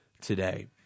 today